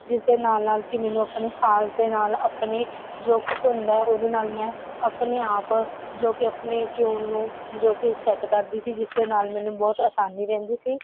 ਜਿਸ ਦੇ ਨਾਲ ਨਾਲ ਕਿ ਮੈਨੂੰ ਆਪਣੇ ਸਾਜ਼ ਦੇ ਨਾਲ ਆਪਣੀ ਜੋ ਕੁਛ ਹੁੰਦਾ ਹੈ ਉਹਦੇ ਨਾਲ ਮੈਂ ਆਪਣੇ ਆਪ ਜੋ ਕਿ ਆਪਣੀ ਟਿਊਨ ਨੂੰ ਜੋ ਕਿ ਸੈੱਟ ਕਰਦੀ ਸੀ ਜਿਸ ਦੇ ਨਾਲ ਮੈਨੂੰ ਬਹੁਤ ਆਸਾਨੀ ਰਹਿੰਦੀ ਸੀ